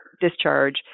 discharge